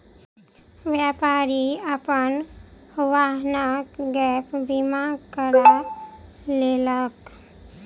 व्यापारी अपन वाहनक गैप बीमा करा लेलक